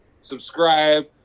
subscribe